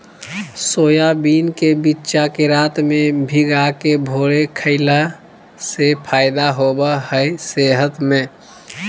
soybean के बिच्चा के रात में भिगाके भोरे खईला से फायदा होबा हइ सेहत में